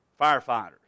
Firefighters